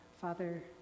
Father